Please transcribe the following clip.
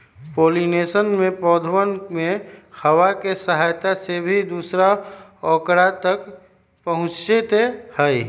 pollination में पौधवन में हवा के सहायता से भी दूसरा औकरा तक पहुंचते हई